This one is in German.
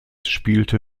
spielte